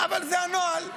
אבל זה הנוהל.